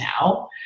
now